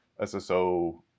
SSO